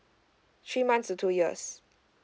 three months to two years